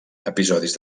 episodis